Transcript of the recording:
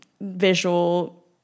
visual